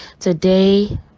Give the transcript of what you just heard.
Today